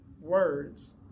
words